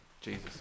Jesus